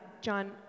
John